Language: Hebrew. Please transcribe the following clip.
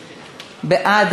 בעד,